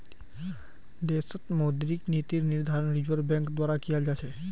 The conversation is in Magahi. देशत मौद्रिक नीतिर निर्धारण रिज़र्व बैंक द्वारा कियाल जा छ